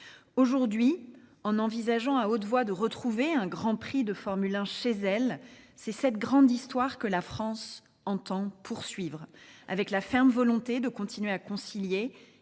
Aujourd'hui, en envisageant à haute voix de retrouver un grand prix de Formule 1 chez elle, c'est cette grande histoire que la France entend poursuivre, avec la ferme volonté de continuer à concilier